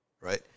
Right